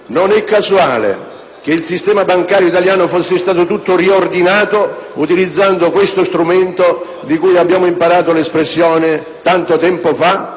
Non è casuale che il sistema bancario italiano fosse stato tutto riordinato utilizzando questo strumento, di cui abbiamo imparato l'espressione tanto tempo fa,